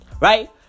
Right